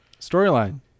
Storyline